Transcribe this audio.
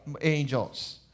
angels